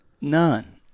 none